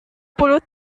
puluh